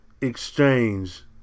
exchange